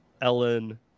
ellen